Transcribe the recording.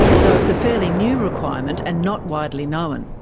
although it's a fairly new requirement and not widely known.